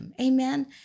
Amen